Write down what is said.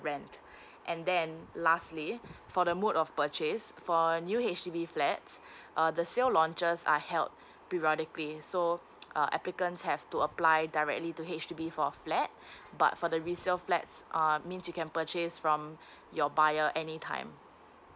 rent and then lastly for the mode of purchase for a new H_D_B flat uh the sale launches are held periodically so uh applicants have to apply directly to H_D_B for a flat but for the resale flat err means you can purchase from your buyer any time